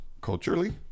culturally